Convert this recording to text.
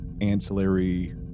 ancillary